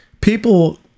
people